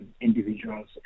individuals